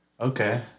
Okay